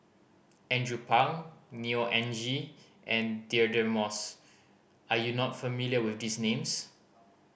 Andrew Phang Neo Anngee and Deirdre Moss are you not familiar with these names